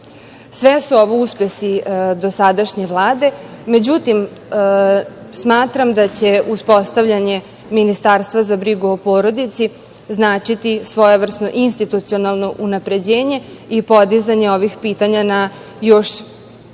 su ovo uspesi dosadašnje Vlade. Međutim, smatram da će uspostavljanje Ministarstva za brigu o porodici značiti svojevrsno institucionalno unapređenje i podizanje ovih pitanja na još